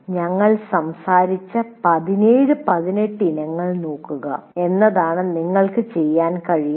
ഞങ്ങൾ സംസാരിച്ച 17 18 ഇനങ്ങൾ നോക്കുക എന്നതാണ് നിങ്ങൾക്ക് ചെയ്യാൻ കഴിയുന്നത്